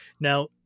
Now